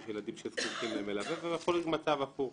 יש ילדים שזקוקים למלווה ויכול להיות מצב הפוך.